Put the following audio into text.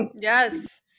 Yes